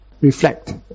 reflect